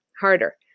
harder